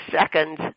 second